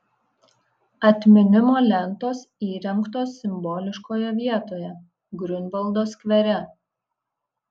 atminimo lentos įrengtos simboliškoje vietoje griunvaldo skvere